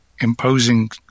imposing